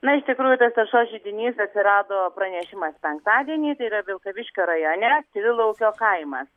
na iš tikrųjų tas taršos židinys atsirado pranešimas penktadienį tai yra vilkaviškio rajone trilaukio kaimas